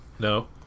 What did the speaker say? No